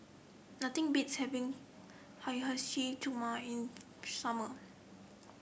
nothing beats having Hiyashi Chuka in summer